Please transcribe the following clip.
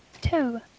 two